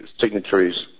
signatories